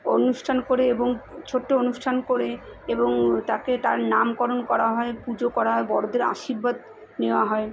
অনুষ্ঠান করে এবং ছোট্ট অনুষ্ঠান করে এবং তাকে তার নামকরণ করা হয় পুজো করা হয় বড়দের আশীর্বাদ নেওয়া হয়